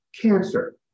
cancer